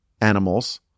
animals